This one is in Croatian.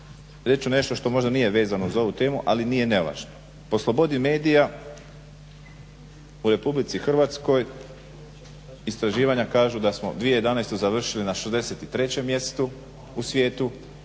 ću nešto što možda nije vezano uz ovu temu, ali nije nevažno. Po slobodi medija u Republici Hrvatskoj istraživanja kažu da smo 2011. završili na 63. mjestu u svijetu,